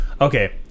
okay